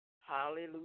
Hallelujah